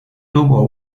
tuvo